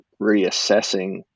reassessing